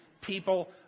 People